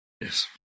yes